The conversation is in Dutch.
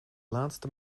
laatste